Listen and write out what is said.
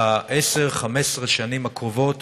ב-10 15 השנים הקרובות,